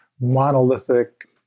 monolithic